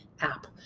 app